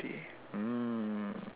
mm